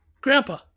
Grandpa